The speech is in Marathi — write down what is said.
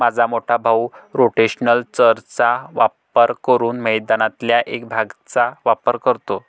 माझा मोठा भाऊ रोटेशनल चर चा वापर करून मैदानातल्या एक भागचाच वापर करतो